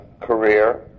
career